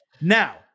Now